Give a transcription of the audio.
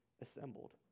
assembled